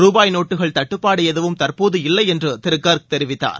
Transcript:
ருபாய் நோட்டுகள் தட்டுப்பாடு எதுவும் தற்போது இல்லை என்று திரு கர்க் தெரிவித்தார்